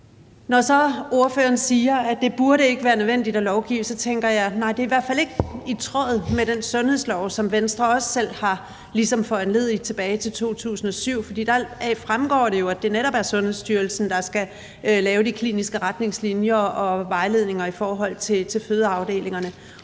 så ordføreren siger, at det ikke burde være nødvendigt at lovgive, så tænker jeg: Nej, det er i hvert fald ikke i tråd med den sundhedslov, som Venstre selv foranledigede tilbage i 2007. Deraf fremgår det jo, at det netop er Sundhedsstyrelsen, der skal lave de kliniske retningslinjer og vejledninger i forhold til fødeafdelingerne.